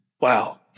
Wow